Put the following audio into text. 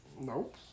Nope